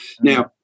Now